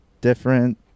different